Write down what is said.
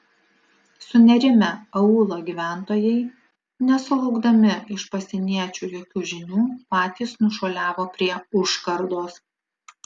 sunerimę aūlo gyventojai nesulaukdami iš pasieniečių jokių žinių patys nušuoliavo prie užkardos